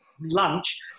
lunch